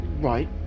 Right